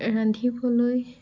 ৰান্ধিবলৈ